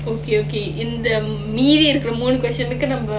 okay okay இந்த மீதி இருக்குற மூணு:intha meethi irukkura moonu question வந்து நம்ப:vanthu namba